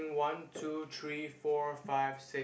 one two three four five six